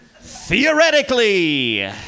Theoretically